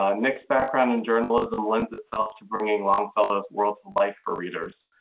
ah nick's background in journalism lends itself to bringing longfellow's world to life for readers.